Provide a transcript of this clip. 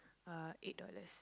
uh eight dollars